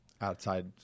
outside